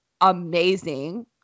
amazing